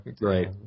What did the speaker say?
Right